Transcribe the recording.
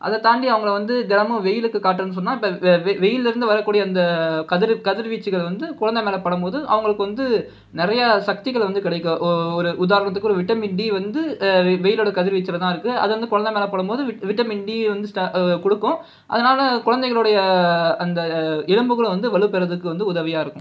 அதை தாண்டி அவங்களை வந்து தினமும் வெயிலுக்கு காட்டனும்னு சொன்னால் இப்போ வெ வெ வெயிலில் இருந்து வரக்கூடிய அந்த கதிர் கதிர்வீழ்ச்சிகள் வந்து குழந்த மேலே படுபோது அவங்களுக்கு வந்து நிறைய சக்திகளை வந்து கிடைக்கும் ஒரு உதாரணத்துக்கு ஒரு விட்டமின் டி வந்து வெயிலோட கதிர்வீழ்ச்சியில தான் இருக்கு அது வந்த குழந்த மேலே படுபோது விட்டமின் டி வந்து கொடுக்கும் அதனால் குழந்தைங்களோடைய அந்த இயலம்புகள வந்து வலுபெறதுக்கு வந்து உதவியாக இருக்கும்